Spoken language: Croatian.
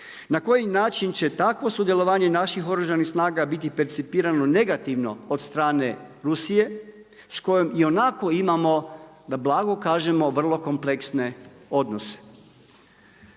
Na koji način će takvo sudjelovanje naših Oružanih snaga biti percipirano negativno od strane Rusije s kojom ionako imamo da blago kažemo vrlo kompleksne odnose.